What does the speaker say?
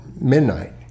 midnight